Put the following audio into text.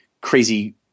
crazy